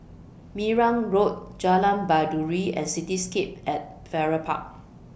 Marang Road Jalan Baiduri and Cityscape At Farrer Park